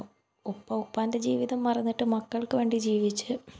ഉപ്പ ഉപ്പാൻ്റെ ജീവിതം മറന്നിട്ട് മക്കൾക്ക് വേണ്ടി ജീവിച്ച്